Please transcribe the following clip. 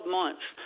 months